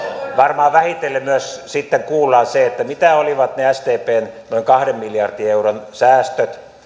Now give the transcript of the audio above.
varmaan vähitellen myös sitten kuullaan se mitä olivat ne sdpn noin kahden miljardin euron säästöt